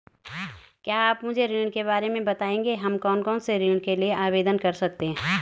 क्या आप मुझे ऋण के बारे में बताएँगे हम कौन कौनसे ऋण के लिए आवेदन कर सकते हैं?